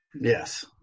Yes